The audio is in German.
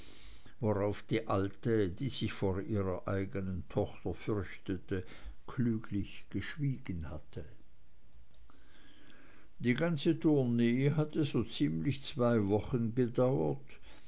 worauf die alte die sich vor ihrer eigenen tochter fürchtete klüglich geschwiegen hatte die ganze tournee hatte so ziemlich zwei wochen gedauert